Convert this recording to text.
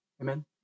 Amen